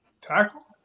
Tackle